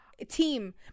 team